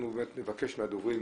נבקש מהדוברים